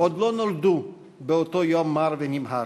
עוד לא נולדו באותו יום מר ונמהר.